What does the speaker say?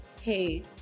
hey